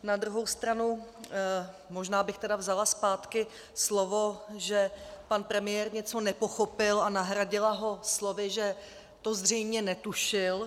Na druhou stranu možná bych tedy vzala zpátky slovo, že pan premiér něco nepochopil, a nahradila ho slovy, že to zřejmě netušil.